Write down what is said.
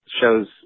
shows